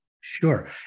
Sure